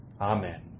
Amen